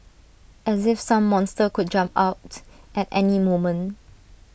as if some monster could jump out at any moment